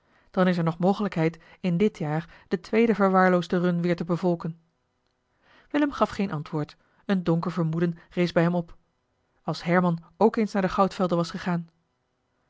dan is er nog mogelijkheid in dit jaar de tweede verwaarloosde run weer te bevolken willem gaf geen antwoord een donker vermoeden rees bij hem op als herman ook eens naar de goudvelden was gegaan